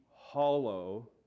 hollow